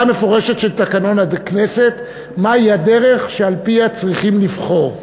מפורשת של תקנון הכנסת מהי הדרך שעל-פיה צריכים לבחור.